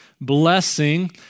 blessing